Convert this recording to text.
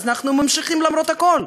אז אנחנו ממשיכים למרות הכול.